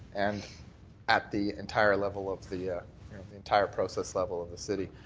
and at the entire level of the the entire process level of the city.